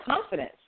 confidence